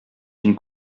une